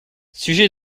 sujet